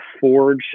forge